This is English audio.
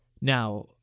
Now